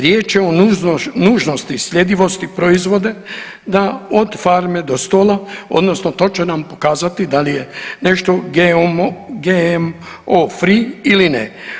Riječ je o nužnosti sljedivosti proizvoda od farme do stola odnosno to će nam pokazati da li je nešto GMO free ili ne.